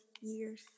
years